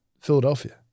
Philadelphia